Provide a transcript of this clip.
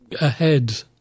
ahead